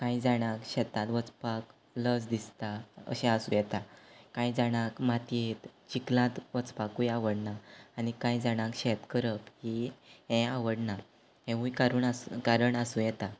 कांय जाणाक शेतान वचपाक लज दिसता अशें आसूं येता कांय जाणाक मातयेत चिखलांत वचपाकूय आवडना आनी कांय जाणांक शेत करप ही यें आवडना हेंवूय कारूण आस् कारण आसूं येता